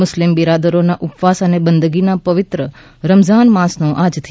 મુસ્લિમ બિરાદરોના ઉપવાસ અને બંદગીના પવિત્ર રમઝાન માસનો આજથી